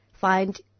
find